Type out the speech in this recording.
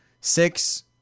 Six